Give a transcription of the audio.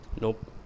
Nope